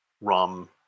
rum